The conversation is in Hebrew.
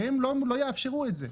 שהם לא יאפשרו את זה.